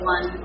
One